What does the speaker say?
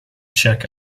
czech